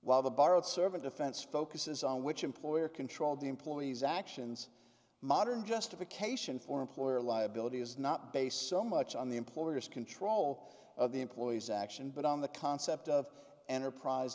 while the borrowed servant offense focuses on which employer controlled the employees actions modern justification for employer liability is not based so much on the employer's control of the employee's action but on the concept of enterprise